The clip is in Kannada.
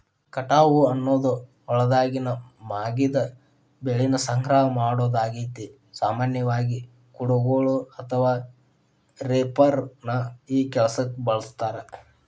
ಕಟಾವು ಅನ್ನೋದು ಹೊಲ್ದಾಗಿನ ಮಾಗಿದ ಬೆಳಿನ ಸಂಗ್ರಹ ಮಾಡೋದಾಗೇತಿ, ಸಾಮಾನ್ಯವಾಗಿ, ಕುಡಗೋಲು ಅಥವಾ ರೇಪರ್ ನ ಈ ಕೆಲ್ಸಕ್ಕ ಬಳಸ್ತಾರ